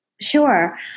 Sure